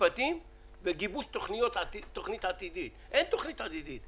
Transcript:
ומשפטים וגיבוש תכנית עתידית אין תכנית עתידית,